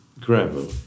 Gravel